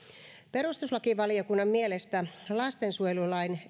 perustuslakivaliokunnan mielestä lastensuojelulain